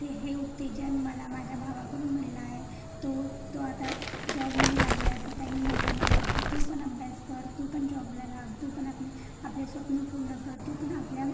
ते हे उत्तेजन मला माझ्या भावाकडून मिळनाय तो तो आता जॉबमने लागलाय तर त्यांनी म्हणलं मला की तू पण अभ्यास कर तू पण जॉबला लाग तू पण आपने आपले स्वप्न पूर्ण कर तू पण आपल्या